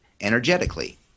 energetically